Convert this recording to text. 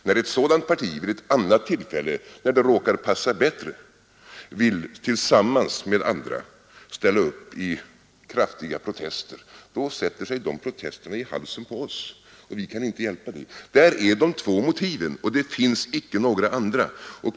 När ett sådant parti vid ett annat tillfälle, då det råkar passa bättre, vill tillsammans med andra ställa upp i kraftiga protester, så sätter sig dessa protester i halsen på oss. Vi kan inte hjälpa det. Där är de två motiven, och det finns icke några andra.